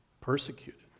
persecuted